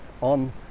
on